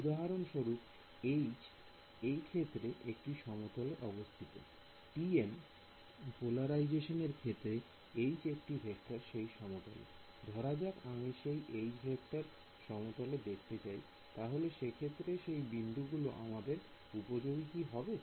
উদাহরণস্বরূপ H এই ক্ষেত্রে একটি সমতল অবস্থিত TM পোলারাইজেশন এর ক্ষেত্রে H একটি ভেক্টর সেই সমতলে ধরা যাক আমি সেই H ভেক্টর সমতলে দেখাতে চাই তাহলে সেক্ষেত্রে সেই বিন্দুগুলো আমাদের উপযোগী হবে